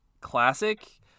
classic